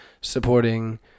supporting